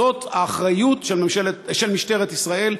זאת האחריות של משטרת ישראל,